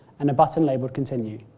and a button labelled continue.